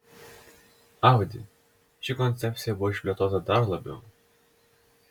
audi ši koncepcija buvo išplėtota dar labiau